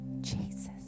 Jesus